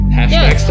hashtag